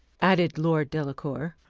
added lord delacour,